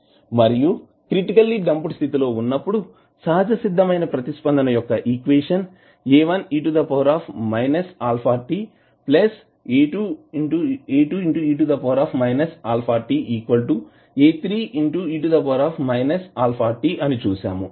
మరియు critically damped స్థితి లో ఉన్నప్పుడు సహజసిద్దమైన ప్రతిస్పందన యొక్క equation A1e αt A2e αt A3e αt అని చూసాము